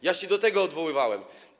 Ja się do tego odwoływałem.